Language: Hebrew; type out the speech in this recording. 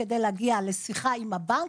כדי להגיע לשיחה עם הבנק,